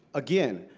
again,